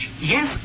Yes